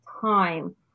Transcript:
time